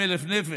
ו-200,000 נפש,